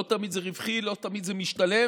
לא תמיד זה רווחי, לא תמיד זה משתלם.